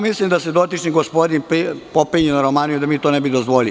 Mislim, da se dotični gospodin popenje na Romaniju, da mi to ne bi dozvolili.